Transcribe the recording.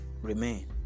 Remain